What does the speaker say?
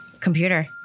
Computer